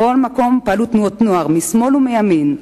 בכל מקום פעלו תנועות נוער משמאל ומימין.